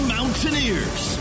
Mountaineers